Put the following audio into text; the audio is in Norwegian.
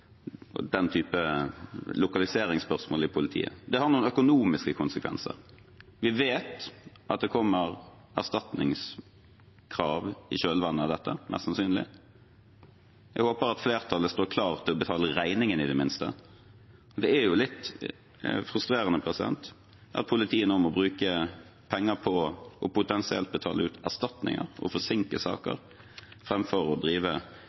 politiet. Det har noen økonomiske konsekvenser. Vi vet at det mest sannsynlig kommer erstatningskrav i kjølvannet av dette. Jeg håper at flertallet står klar til å betale regningen, i det minste. Det er litt frustrerende at politiet nå må bruke penger på potensielt å betale ut erstatninger og forsinke saker framfor å drive